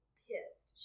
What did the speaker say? pissed